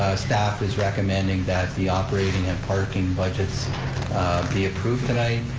staff is recommending that the operating and parking budgets be approved tonight.